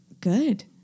good